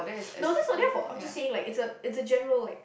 no that's not their fault I'm just saying like it's a it's a general like